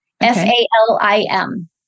S-A-L-I-M